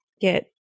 get